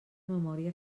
memòria